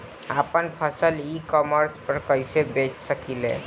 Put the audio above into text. आपन फसल e commerce पर कईसे बेच सकिले?